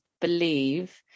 believe